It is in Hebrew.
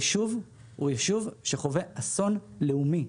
היישוב הוא יישוב שחווה אסון לאומי.